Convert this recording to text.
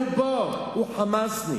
הציבור ברובו הוא "חמאסניק".